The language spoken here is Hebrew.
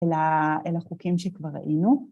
‫אל החוקים שכבר ראינו.